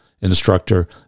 instructor